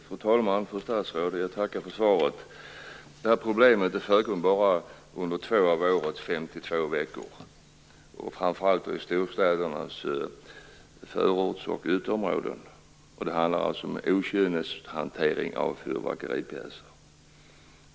Fru talman! Fru statsråd! Jag tackar för svaret. Detta problem förekommer bara under 2 av årets 52 veckor, framför allt i storstädernas förorts och ytterområden. Det handlar alltså om okynneshantering av fyrverkeripjäser.